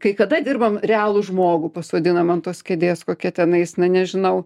kai kada dirbam realų žmogų pasodinam ant tos kėdės kokie tenais na nežinau